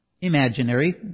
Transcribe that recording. imaginary